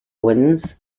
wins